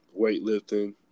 weightlifting